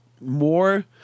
more